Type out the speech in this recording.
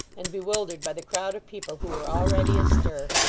and bewildered by the crowd of people who were already astir,